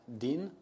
din